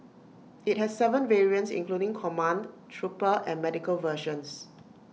IT has Seven variants including command trooper and medical versions